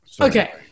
Okay